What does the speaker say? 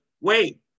wait